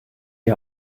die